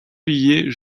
billet